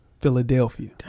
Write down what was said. Philadelphia